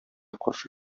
каршы